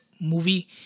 movie